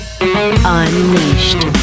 unleashed